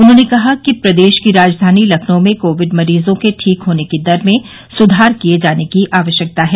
उन्होंने कहा कि प्रदेश की राजधानी लखनऊ में कोविड मरीजों के ठीक होने की दर में सुधार किए जाने की आवश्यकता है